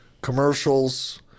commercials